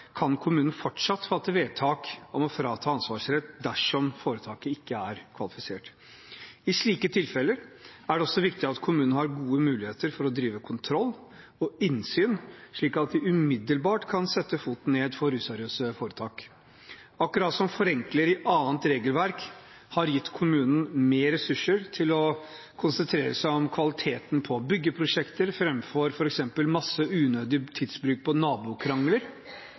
kan kommunene fortsatt fatte vedtak om å frata ansvarsrett dersom foretaket ikke er kvalifisert. I slike tilfeller er det også viktig at kommunene har gode muligheter for å drive kontroll og innsyn, slik at de umiddelbart kan sette foten ned for useriøse foretak. Akkurat som forenklinger i annet regelverk har gitt kommunene mer ressurser til å konsentrere seg om kvaliteten på byggeprosjekter framfor f.eks. å bruke masse unødig tid på nabokrangler,